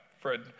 Fred